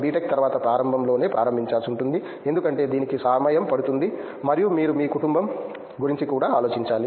tech తర్వాత ప్రారంభంలోనే ప్రారంభించాల్సి ఉంటుంది ఎందుకంటే దీనికి సమయం పడుతుంది మరియు మీరు మీ కుటుంబం గురించి కూడా ఆలోచించాలి